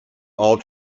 all